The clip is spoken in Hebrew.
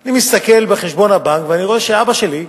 אני מסתכל בחשבון הבנק ואני רואה שאבא שלי,